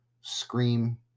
scream